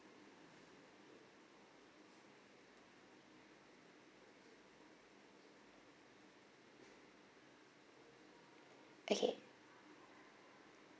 okay